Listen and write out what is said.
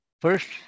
first